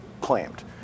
claimed